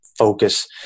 focus